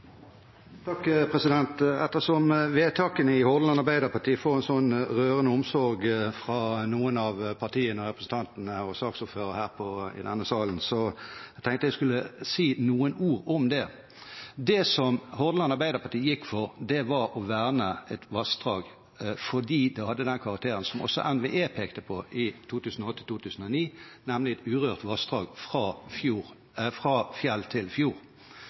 Ettersom vedtakene i Hordaland Arbeiderparti får en sånn rørende omsorg fra noen av partiene, representantene og saksordføreren i denne salen, tenkte jeg at jeg skulle si noen ord om det. Det Hordaland Arbeiderparti gikk for, var å verne et vassdrag fordi det hadde den karakteren som også NVE pekte på i 2009 – nemlig et urørt vassdrag fra fjell til